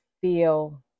feel